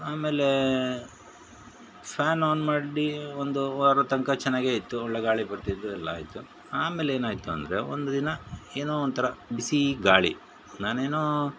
ಆಮೇಲೆ fan on ಮಾಡಿ ಒಂದು ವಾರದ ತನಕ ಚೆನ್ನಾಗೇ ಇತ್ತು ಒಳ್ಳೆಯ ಗಾಳಿ ಬರ್ತಾ ಇತ್ತು ಎಲ್ಲ ಆಯಿತು ಆಮೇಲೆ ಏನಾಯಿತು ಅಂದರೆ ಒಂದು ದಿನ ಏನೋ ಒಂಥರ ಬಿಸಿ ಗಾಳಿ ನಾನು ಏನೋ